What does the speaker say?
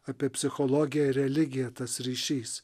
apie psichologiją religiją tas ryšys